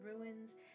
ruins